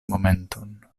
momenton